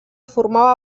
formava